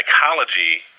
psychology